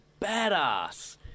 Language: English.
badass